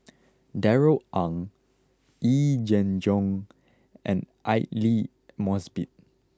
Darrell Ang Yee Jenn Jong and Aidli Mosbit